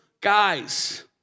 guys